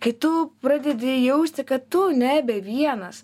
kai tu pradedi jausti kad tu nebe vienas